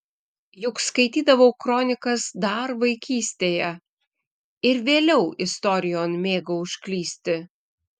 juk skaitydavau kronikas dar vaikystėje ir vėliau istorijon mėgau užklysti